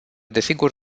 desigur